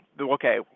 okay